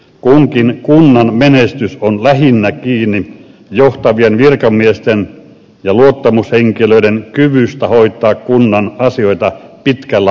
kunkin kunnan menestys on kiinni lähinnä johtavien virkamiesten ja luottamushenkilöiden kyvystä hoitaa kunnan asioita pitkällä aikavälillä